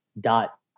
dot